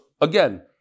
again